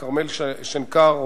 כרמל שנקר,